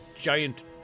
giant